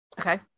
Okay